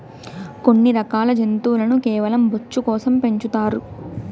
కొన్ని రకాల జంతువులను కేవలం బొచ్చు కోసం పెంచుతారు